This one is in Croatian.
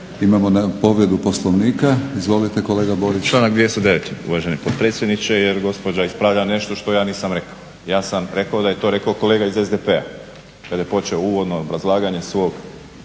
Imamo povredu Poslovnika izvolite kolega Borić. **Borić, Josip (HDZ)** Članak 209. uvaženi potpredsjedniče jer gospođa ispravlja nešto što ja nisam rekao. Ja sam reko da je to rekao kolega iz SDP-a kada je počeo uvodno obrazlaganje svog